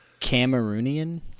Cameroonian